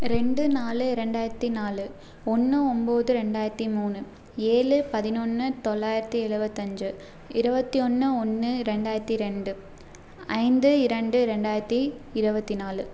ரெண்டு நாலு ரெண்டாயிரத்து நாலு ஒன்று ஒம்பது ரெண்டாயிரத்து மூணு ஏழு பதினொன்று தொள்ளாயிரத்து எழுபத்தஞ்சி இருவத்தி ஒன்று ஒன்று ரெண்டு ரெண்டாயிரத்து ரெண்டு ஐந்து இரண்டு ரெண்டாயிரத்து இருவத்தி நாலு